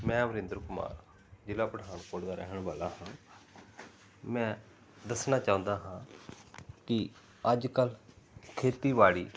ਮੈਂ ਬਰਿੰਦਰ ਕੁਮਾਰ ਜ਼ਿਲ੍ਹਾ ਪਠਾਨਕੋਟ ਦਾ ਰਹਿਣ ਵਾਲਾ ਹਾਂ ਮੈਂ ਦੱਸਣਾ ਚਾਹੁੰਦਾ ਹਾਂ ਕਿ ਅੱਜ ਕੱਲ ਖੇਤੀਬਾੜੀ